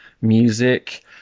music